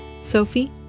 Sophie